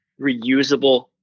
reusable